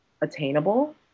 attainable